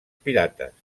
pirates